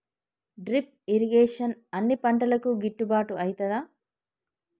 Drip irrigation అన్ని పంటలకు గిట్టుబాటు ఐతదా?